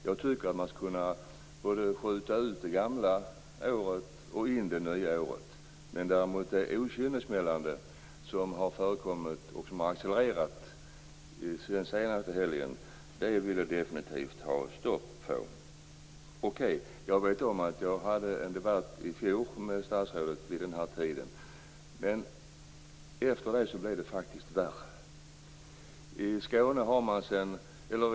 Jag tycker att man skall kunna skjuta ut det gamla året och in det nya. Däremot det okynnessmällande som förekommit och som accelererat vill jag definitivt ha stopp för. Jag vet att jag hade en debatt i fjol med statsrådet vid den här tiden om detta, men efter det blev det faktiskt värre.